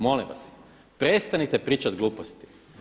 Molim vas, prestanite pričati gluposti.